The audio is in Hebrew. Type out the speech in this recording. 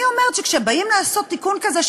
אני אומרת שכשבאים לעשות תיקון כזה,